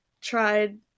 tried